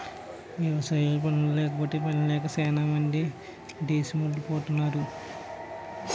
వ్యవసాయ పనుల్లేకపోతే పనిలేక సేనా మంది దేసమెలిపోతరు